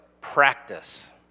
practice